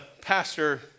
Pastor